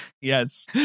yes